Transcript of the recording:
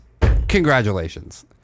congratulations